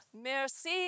Merci